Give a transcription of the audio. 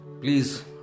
please